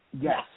Yes